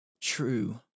true